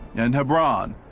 and hebron,